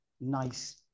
nice